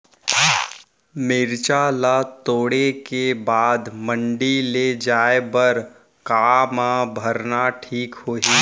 मिरचा ला तोड़े के बाद मंडी ले जाए बर का मा भरना ठीक होही?